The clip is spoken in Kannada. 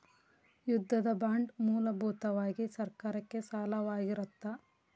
ಯುದ್ಧದ ಬಾಂಡ್ ಮೂಲಭೂತವಾಗಿ ಸರ್ಕಾರಕ್ಕೆ ಸಾಲವಾಗಿರತ್ತ